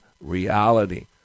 reality